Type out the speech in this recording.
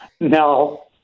No